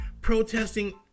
protesting